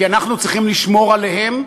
כי אנחנו צריכים לשמור עליהם,